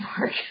work